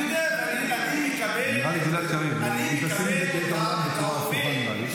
חברת הכנסת דבי ביטון,